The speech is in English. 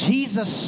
Jesus